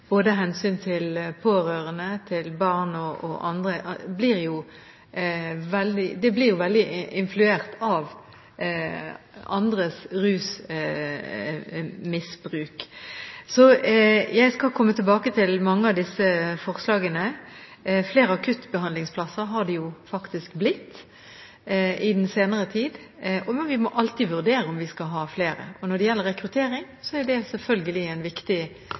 både pårørende, barn og andre blir veldig influert av andres rusmisbruk. Jeg skal komme tilbake til mange av disse forslagene. Flere akuttbehandlingsplasser har det faktisk blitt i den senere tid, men vi må alltid vurdere om vi skal ha flere. Når det gjelder rekruttering, er det selvfølgelig en viktig